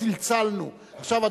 צלצלנו פה.